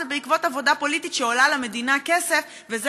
זה בעקבות עבודה פוליטית שעולה למדינה כסף וזה